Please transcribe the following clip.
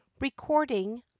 Recording